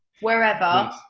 wherever